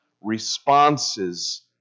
responses